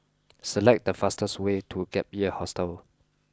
select the fastest way to Gap Year Hostel